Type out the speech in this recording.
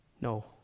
No